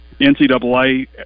NCAA